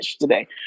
today